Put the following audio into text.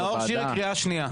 נאור שירי, קריאה שנייה.